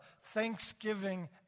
Thanksgiving